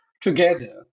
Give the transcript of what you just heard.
together